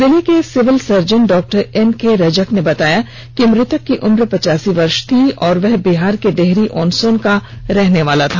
जिले के civil surgeon doctor N K Rajak ने बताया कि मृतक की उम्र पचासी वर्ष थी और वह बिहार के डेहरी ऑन सोन का रहनेवाला था